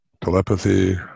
telepathy